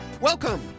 Welcome